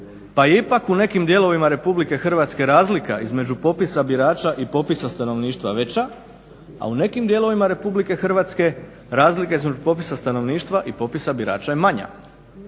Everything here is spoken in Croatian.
pa je ipak u nekim dijelovima RH razlika između popisa birača i popisa stanovništva veća, a u nekim dijelovima RH razlika između popisa stanovništva i popisa birača je manja.